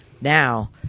Now